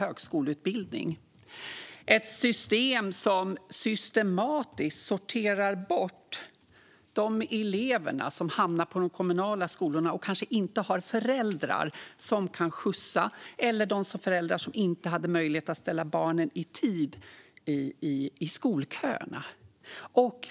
Det är ett system som systematiskt sorterar bort de elever som hamnar på de kommunala skolorna och som kanske inte har föräldrar som kan skjutsa. Det kan vara barn till de föräldrar som inte hade möjlighet att ställa barnen i skolköerna i tid.